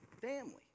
family